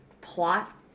plot